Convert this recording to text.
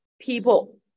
people